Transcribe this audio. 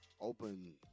open